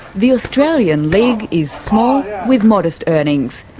the australian league is small with modest earnings,